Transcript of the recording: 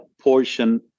portion